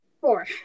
Four